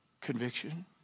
Conviction